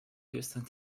houston